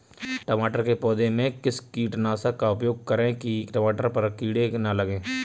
टमाटर के पौधे में किस कीटनाशक का उपयोग करें कि टमाटर पर कीड़े न लगें?